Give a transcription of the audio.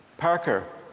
parker,